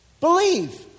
Believe